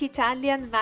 Italian